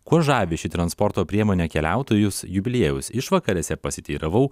kuo žavi ši transporto priemonė keliautojus jubiliejaus išvakarėse pasiteiravau